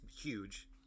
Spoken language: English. huge